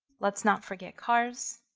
let's not forget cars.